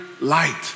light